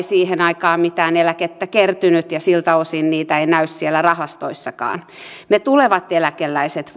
siihen aikaan mitään eläkettä kertynyt ja siltä osin sitä ei näy siellä rahastoissakaan me tulevat eläkeläiset